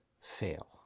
fail